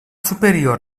superior